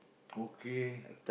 okay